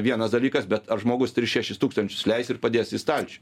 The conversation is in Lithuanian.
vienas dalykas bet ar žmogus tris šešis tūkstančius leis ir padės į stalčių